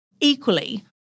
Equally